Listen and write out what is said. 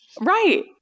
Right